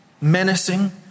menacing